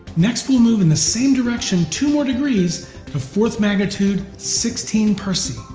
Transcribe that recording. next we'll move in the same direction two more degrees to fourth magnitude sixteen persei.